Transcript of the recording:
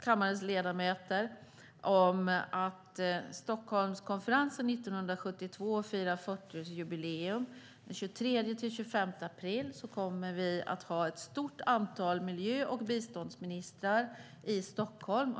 kammarens ledamöter om att Stockholmskonferensen 1972 firar 40-årsjubileum. Den 23-25 april kommer vi att ha ett stort antal miljöministrar och biståndsministrar i Stockholm.